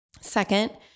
Second